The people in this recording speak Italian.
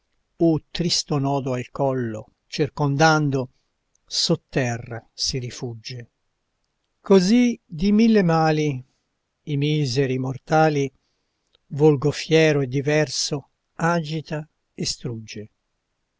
o tristo nodo al collo circondando sotterra si rifugge così di mille mali i miseri mortali volgo fiero e diverso agita